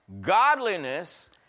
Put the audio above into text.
godliness